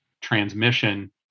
transmission